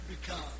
become